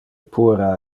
puera